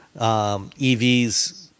EVs